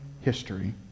history